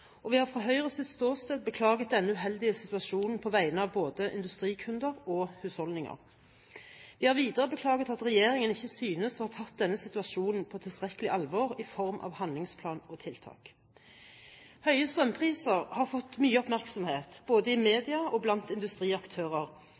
og vi har fra Høyres ståsted beklaget denne uheldige situasjonen på vegne av både industrikunder og husholdninger. Vi har videre beklaget at regjeringen ikke synes å ha tatt denne situasjonen på tilstrekkelig alvor i form av handlingsplan og tiltak. Høye strømpriser har fått mye oppmerksomhet både i